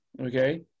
Okay